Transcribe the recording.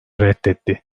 reddetti